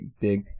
big